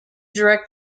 direct